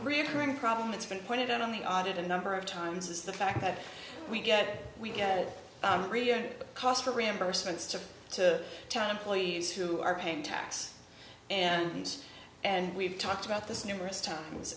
reoccurring problem it's been pointed out on the audit a number of times is the fact that we get we get a real cost for reimbursements to to town employees who are paying tax and and we've talked about this numerous times